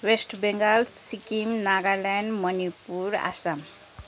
West Bengal Sikkim Nagaland Manipur Assam